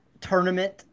tournament